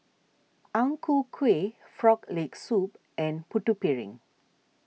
Ang Ku Kueh Frog Leg Soup and Putu Piring